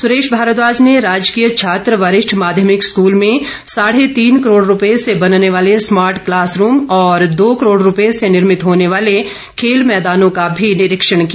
सुरेश भारद्वाज ने राजकीय छात्र वरिष्ठ माध्यमिक स्कूल में साढ़े तीन करोड़ रुपये से बनने वाले स्मार्ट क्लास रूम और दो करोड़ रुपये से निर्भित होने वाले खेल मैदानों का भी निरीक्षण किया